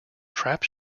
trap